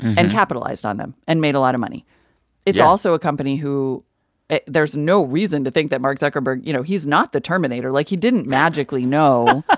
and capitalized on them and made a lot of money yeah it's also a company who there's no reason to think that mark zuckerberg you know, he's not the terminator. like, he didn't magically know.